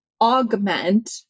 augment